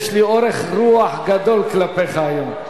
יש לי אורך רוח גדול כלפיך היום.